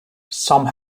some